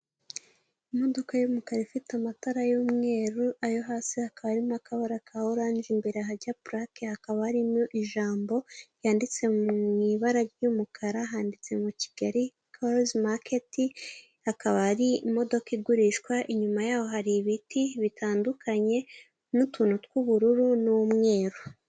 imodoka y'umukara ifite amatara y'umweru ayo hasi hakaba haririmo akabara ka orange imbere hajya plaque hakaba arimo ijambo ryanditse mu ibara ry'umukara handitsemo kigali cars market akaba ari imodoka igurishwa, inyuma yaho hari ibiti bitandukanye n'utuntu tw'ubururu n'umweru